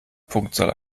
punktzahl